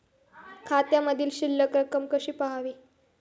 खात्यामधील शिल्लक रक्कम कशी पहावी?